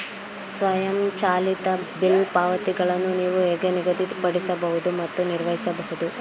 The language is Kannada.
ಸ್ವಯಂಚಾಲಿತ ಬಿಲ್ ಪಾವತಿಗಳನ್ನು ನೀವು ಹೇಗೆ ನಿಗದಿಪಡಿಸಬಹುದು ಮತ್ತು ನಿರ್ವಹಿಸಬಹುದು?